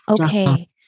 Okay